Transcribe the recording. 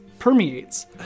permeates